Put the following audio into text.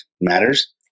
matters